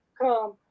come